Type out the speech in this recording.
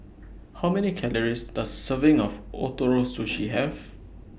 How Many Calories Does Serving of Ootoro Sushi Have